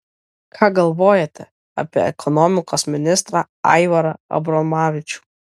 ką galvojate apie ekonomikos ministrą aivarą abromavičių